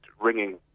ringing